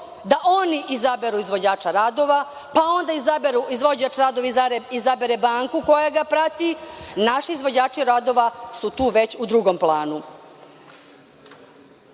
da oni izaberu izvođača radova, pa onda izaberu, izvođač radova izabere banku koja ga prati, naši izvođači radova su tu već u drugom planu.Za